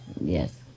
Yes